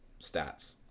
stats